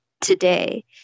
today